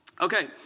Okay